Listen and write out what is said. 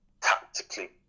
tactically